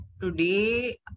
today